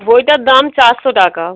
বইটার দাম চারশো টাকা